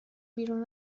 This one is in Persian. بیرون